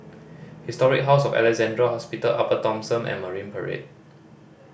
Historic House of Alexandra Hospital Upper Thomson and Marine Parade